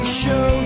show